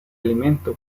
alimento